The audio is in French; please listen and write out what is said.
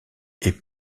est